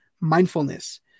mindfulness